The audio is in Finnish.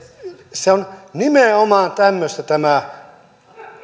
se on nimenomaan tämmöistä tämä